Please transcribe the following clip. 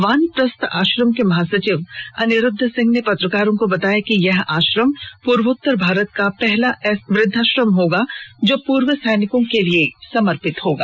वानप्रस्थ आश्रम के महासचिव अनिरूद्व सिंह ने पत्रकारों को बताया कि यह आश्रम पूर्वोत्तर भारत का पहला ऐसा वृद्धाश्रम है जो पूर्व सैनिकों के लिए समर्पित होगा